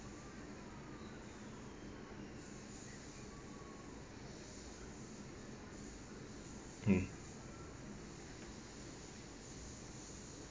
mm